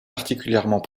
particulièrement